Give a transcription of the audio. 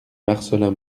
marcellin